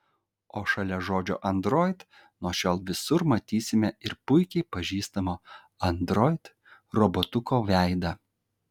o šalia žodžio android nuo šiol visur matysime ir puikiai pažįstamo android robotuko veidą